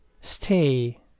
Stay